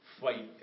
fight